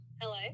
Hello